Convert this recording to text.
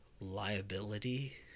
liability